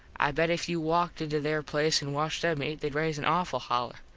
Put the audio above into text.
i bet if you walked into there place an watched them eat theyd raise an awful holler.